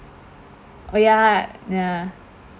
oh ya ya